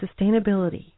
sustainability